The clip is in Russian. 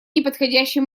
неподходящий